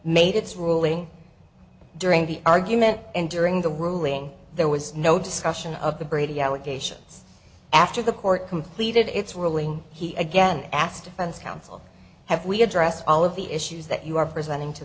made its ruling during the argument and during the ruling there was no discussion of the brady allegations after the court completed its ruling he again asked defense counsel have we address all of the issues that you are presenting to